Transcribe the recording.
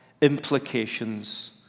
implications